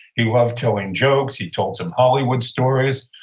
he loved telling jokes. he told some hollywood stories.